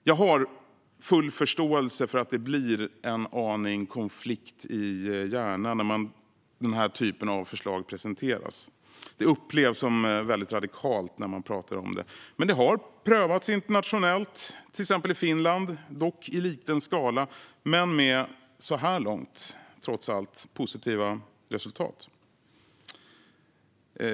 Jag har full förståelse för att det blir en aning konflikt i hjärnan när denna typ av förslag presenteras. Det upplevs som väldigt radikalt när man talar om det. Men det har prövats internationellt, till exempel i Finland. Det har gjorts i liten skala men - så här långt - trots allt med positiva resultat.